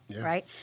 right